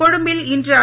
கொழும்பில் இன்று ஜ